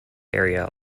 area